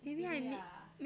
is today ah